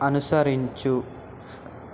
అనుసరించు